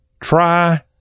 try